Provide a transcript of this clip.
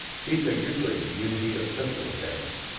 these are usually community or social affairs,